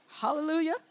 Hallelujah